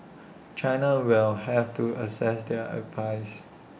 China will have to assess their advice